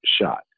shot